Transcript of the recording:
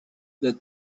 the